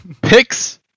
picks